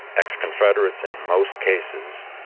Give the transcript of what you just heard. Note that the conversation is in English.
ex-confederates in most cases,